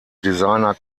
designer